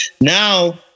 Now